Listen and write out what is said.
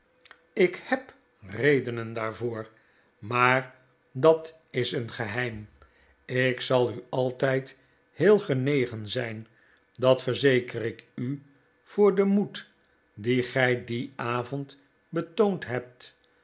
ik heb mijn redenen daarvoor maar dat is charity verla'at het ouderlijke huis een geheim ik zal u altijd heel genegen zijn dat verzeker ik u f voor den moed dien gij dien avond getoond hebt